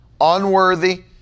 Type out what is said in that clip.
unworthy